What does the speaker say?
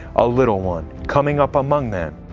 a little one, coming up among them,